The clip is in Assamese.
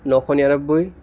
নশ নিৰানব্বৈ